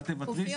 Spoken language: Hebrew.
אל תוותרי,